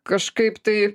kažkaip tai